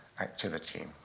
activity